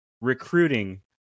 recruiting